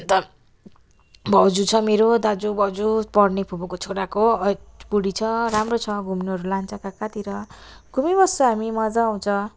अन्त भाउजू छ मेरो दाजु भाउजू पर्ने फुपूको छोराको बुढी छ राम्रो छ घुम्नहरू लान्छ कहाँ कहाँतिर घुमिबस्छौँ हामी मजा आउँछ